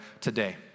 today